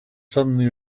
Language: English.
suddenly